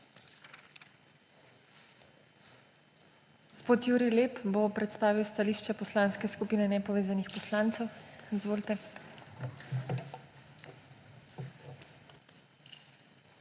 Gospod Jurij Lep bo predstavil stališče Poslanske skupine nepovezanih poslancev. Izvolite.